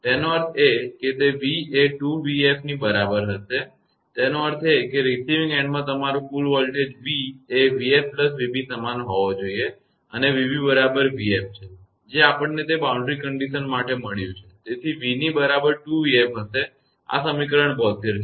તેનો અર્થ એ કે તે v એ 2𝑣𝑓 ની બરાબર હશે તેનો અર્થ એ કે રિસીવીંગ એન્ડમાં તમારો કુલ વોલ્ટેજ v એ 𝑣𝑓 𝑣𝑏 સમાન હોવો જોઈએ અને 𝑣𝑏 બરાબર 𝑣𝑓 છે જે આપણને તે બાઉન્ડ્રી કંડીશન માટે મળ્યું છે તેથી તે v ની બરાબર 2𝑣𝑓 હશે આ સમીકરણ 72 છે